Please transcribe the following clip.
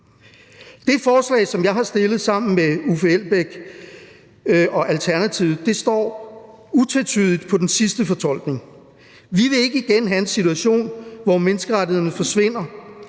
vedtagelse, som jeg har stillet sammen med Uffe Elbæk og Alternativet, står utvetydigt på den sidste fortolkning. Vi vil ikke igen have en situation, hvor menneskerettighederne forsvinder,